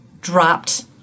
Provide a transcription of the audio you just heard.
dropped